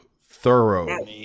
thorough